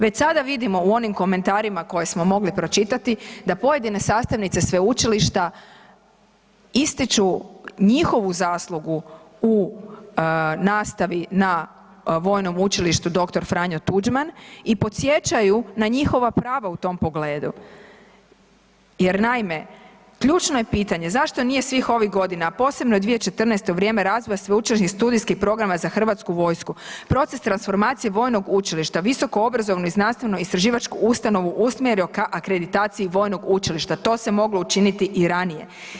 Već sada vidimo u onim komentarima koje smo mogli pročitati da pojedine sastavnice sveučilišta ističu njihovu zaslugu u nastavi na Vojnom učilištu dr. Franjo Tuđman i podsjećaju na njihova prava u tom pogledu jer naime, ključno je pitanje zašto nije svih ovih godina, a posebno 2014. u vrijeme razvoja sveučilišnih studijskih programa za hrvatsku vojsku proces transformacije vojnog učilišta visoko obrazovanu, znanstveno-istraživačku ustanovu usmjerio ka akreditaciji vojnog učilišta, to se moglo učiniti i ranije.